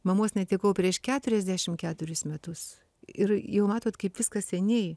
mamos netekau prieš keturiasdešim keturis metus ir jau matot kaip viskas seniai